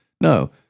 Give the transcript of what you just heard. No